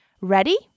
Ready